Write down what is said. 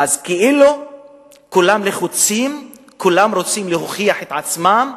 אז כאילו כולם לחוצים, כולם רוצים להוכיח את עצמם,